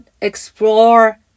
explore